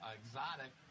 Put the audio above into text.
exotic